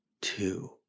two